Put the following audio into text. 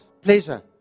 pleasure